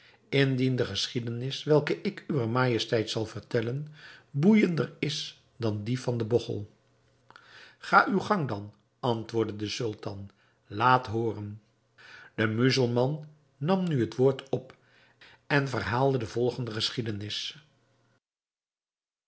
indien de geschiedenis welke ik uwer majesteit zal vertellen boeijender is dan die van den bogchel ga uw gang dan antwoordde de sultan laat hooren de muzelman nam nu het woord op en verhaalde de volgende geschiedenis